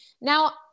now